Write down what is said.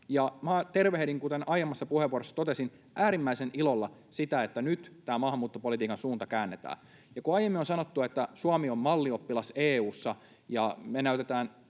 tervehdin, kuten aiemmassa puheenvuorossani totesin, äärimmäisen ilolla sitä, että nyt tämä maahanmuuttopolitiikan suunta käännetään. Kun aiemmin on sanottu, että Suomi on mallioppilas EU:ssa ja me näytetään